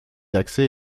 d’accès